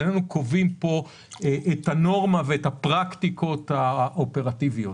איננו קובעים פה את הנורמה ואת הפרקטיקות האופרטיביות.